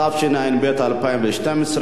התשע"ב 2012,